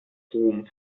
strom